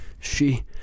She